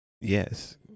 yes